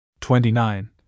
Twenty-nine